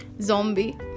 zombie